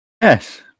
Yes